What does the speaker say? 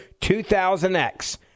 2000X